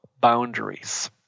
boundaries